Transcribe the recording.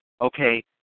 okay